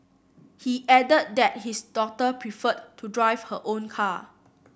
he added that his daughter preferred to drive her own car